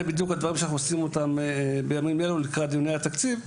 וזה בדיוק הדברים שאנחנו עושים אותם בימים אלו לקראת דיוני התקציב,